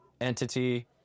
entity